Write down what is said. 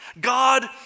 God